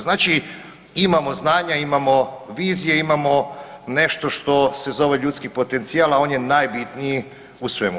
Znači, imamo znanja, imamo vizije, imamo nešto što se zove ljudski potencijal, a on je najbitniji u svemu.